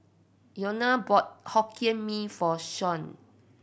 Iona bought Hokkien Mee for Shanae